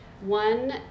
One